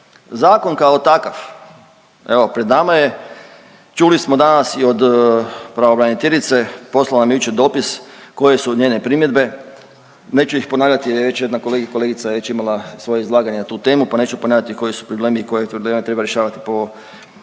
Zakon kao takav, evo pred nama je, čuli smo danas i od pravobraniteljice poslala nam je jučer dopis koje su njene primjedbe, neću ih ponavljati jer je već jedna kolegica, kolegica je već imala svoje izlaganje na tu temu pa neću ponavljati koji su problemi i koje probleme treba rješavati po